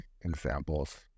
examples